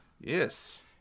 yes